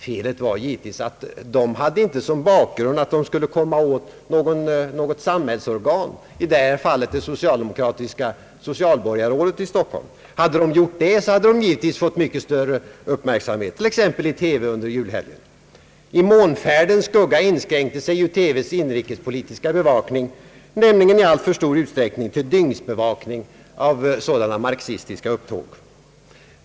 Felet var givetvis att de inte som bakgrund hade att de ville komma åt något samhällsorgan, i detta fall det socialdemokratiska socialborgarrådet i Stockholm. Hade de gjort det så hade de självfallet fått mycket större utrymme i t.ex. TV under julhelgen. I månfärdens skugga inskränkte sig ju TV:s inrikespolitiska bevakning i alltför stor utsträckning till dygnsbevakning av sådana marxistiska upptåg.